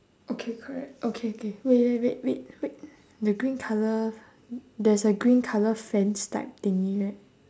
okay correct okay K wait wait wait wait wait the green colour there's a green colour fence type thingy right